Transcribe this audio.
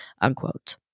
unquote